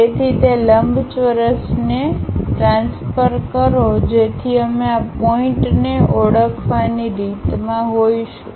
તેથી તે લંબચોરસને ટ્રાન્સફર કરો જેથી અમે આ પોઇન્ટને ઓળખવાની રીતમાં હોઈશું